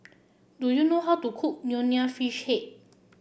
do you know how to cook Nonya Fish Head